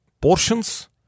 portions